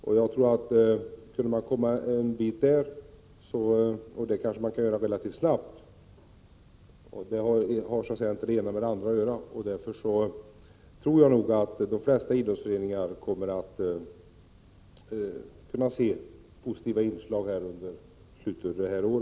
Om man kunde komma en bit där — det kanske man kan göra relativt snabbt, det ena har så att säga inte med det andra att göra — tror jag att de flesta idrottsföreningar kommer att kunna se positiva inslag under slutet av detta år.